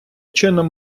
чином